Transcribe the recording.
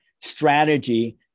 strategy